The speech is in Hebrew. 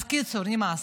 אז בקיצור, נמאס.